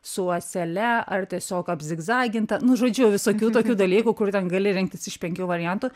su ąsele ar tiesiog apzigzaginta nu žodžiu visokių tokių dalykų kur ten gali rinktis iš penkių variantų